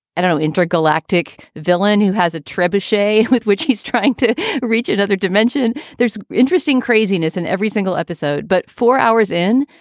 and you know intergalactic villain who has a trebuchet with which he's trying to reach another dimension. there's interesting craziness in every single episode, but four hours in.